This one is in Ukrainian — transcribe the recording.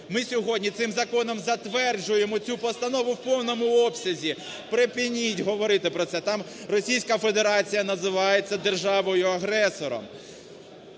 Ми сьогодні цим законом затверджуємо цю постанову в повному обсязі. Припиніть говорити про це, там Російська Федерація називається державою-агресором.